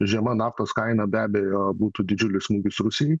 žema naftos kaina be abejo būtų didžiulis smūgis rusijai